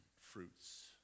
fruits